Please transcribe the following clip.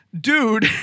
Dude